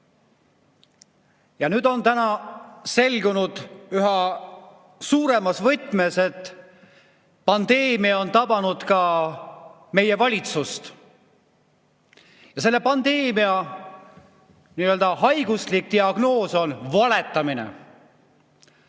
Ja nüüd on selgunud üha suuremas võtmes, et pandeemia on tabanud ka meie valitsust. Selle pandeemia n-ö haiguslik diagnoos on valetamine.